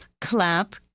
clap